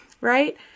right